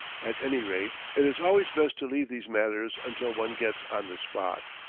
at any rate, it is always best to leave these matters until one gets on the spot.